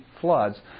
floods